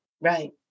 Right